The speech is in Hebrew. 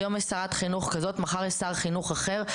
היום יש שרת חינוך כזאת, מחר יש שר חינוך אחר.